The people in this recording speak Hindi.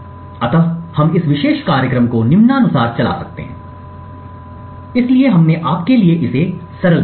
इसलिए हम इस विशेष कार्यक्रम को निम्नानुसार चला सकते हैं इसलिए हमने आपके लिए इसे सरल बनाया है